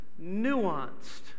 Nuanced